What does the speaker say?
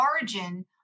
origin